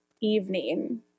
evening